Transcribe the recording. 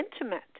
intimate